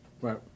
Right